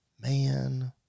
Man